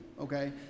Okay